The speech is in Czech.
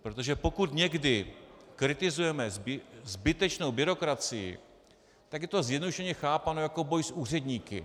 Protože pokud někdy kritizujeme zbytečnou byrokracii, tak je to zjednodušeně chápáno jako boj s úředníky.